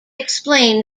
explain